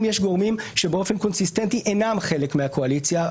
אם יש גורמים שהם באופן קונסיסטנטי אינם חלק מהקואליציה,